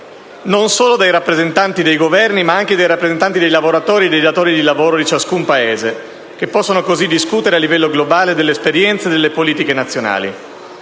non solo dai rappresentanti dei Governi, ma anche dai rappresentanti dei lavoratori e dei datori di lavoro di ciascun Paese, che possono così discutere, a livello globale, delle esperienze e delle politiche nazionali.